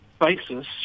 basis